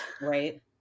Right